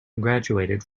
graduated